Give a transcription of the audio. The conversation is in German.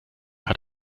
hat